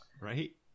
right